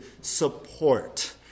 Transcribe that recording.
support